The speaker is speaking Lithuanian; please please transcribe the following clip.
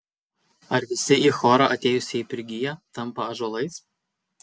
ar visi į chorą atėjusieji prigyja tampa ąžuolais